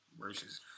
Versus